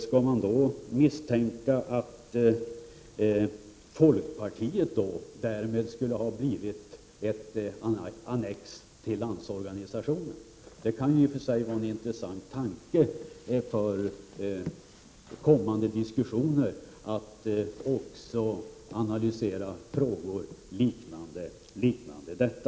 Skall man då misstänka att folkpartiet därmed skulle ha blivit ett annex till LO? Det kan i och för sig vara en intressant tanke att i kommande diskussioner också analysera frågor liknande denna.